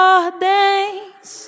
ordens